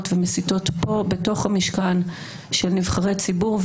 ומסיתות פה בתוך המשכן של נבחרי ציבור,